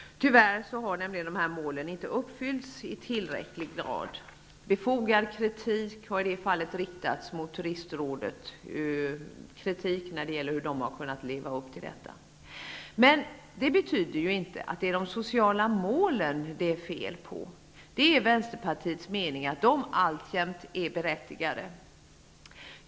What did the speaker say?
Tyvärr har de här målen inte uppfyllts i tillräcklig grad. Befogad kritik har i det fallet riktats mot Turistrådets sätt att leva upp till dem. Men det betyder ju inte att det är de sociala målen som det är fel på. Det är Vänsterpartiets mening att de alltjämt är berättigade.